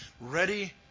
ready